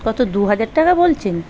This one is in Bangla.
কত দু হাজার টাকা বলছেন